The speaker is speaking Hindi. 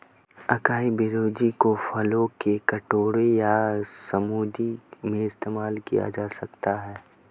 अकाई बेरीज को फलों के कटोरे या स्मूदी में इस्तेमाल किया जा सकता है